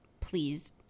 please